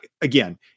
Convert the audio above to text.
again